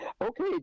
okay